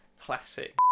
classic